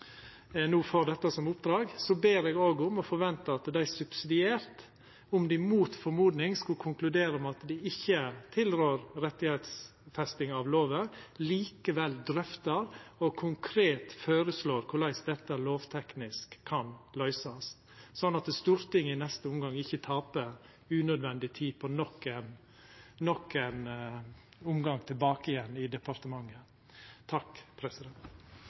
om dei likevel skulle konkludera med at dei ikkje tilrår rettsfesting av lova – drøftar og konkret føreslår korleis dette lovteknisk kan løysast, slik at Stortinget i neste omgang ikkje taper unødvendig tid på nok ein omgang i departementet.